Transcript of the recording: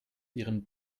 ihren